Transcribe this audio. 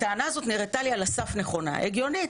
הטענה הזאת נראתה לי על הסף נכונה, הגיונית.